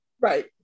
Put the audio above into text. Right